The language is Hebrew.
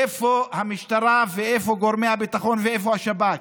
איפה המשטרה ואיפה גורמי הביטחון ואיפה השב"כ?